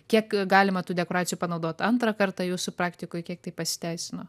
kiek galima tų dekoracijų panaudot antrą kartą jūsų praktikoj kiek tai pasiteisino